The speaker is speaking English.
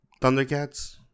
Thundercats